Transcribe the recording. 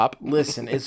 listen